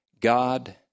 God